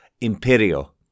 Imperio